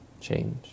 change